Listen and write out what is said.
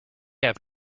have